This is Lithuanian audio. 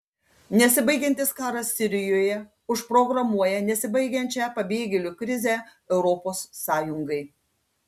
nesibaigiantis karas sirijoje užprogramuoja nesibaigiančią pabėgėlių krizę europos sąjungai